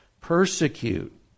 persecute